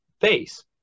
face